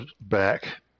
back